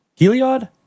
Heliod